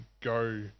go